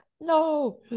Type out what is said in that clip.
No